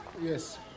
Yes